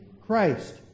Christ